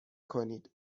کنید